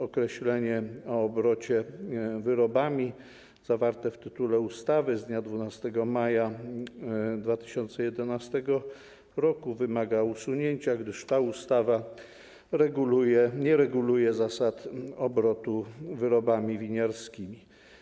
Określenie „o obrocie wyrobami” zawarte w tytule ustawy z dnia 12 maja 2011 r. wymaga usunięcia, gdyż ta ustawa nie reguluje zasad obrotu wyrobami winiarskimi.